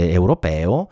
europeo